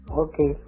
okay